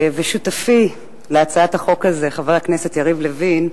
ושותפי להצעת החוק הזאת חבר הכנסת יריב לוין,